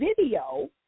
video